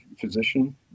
physician